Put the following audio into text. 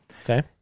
Okay